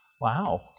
Wow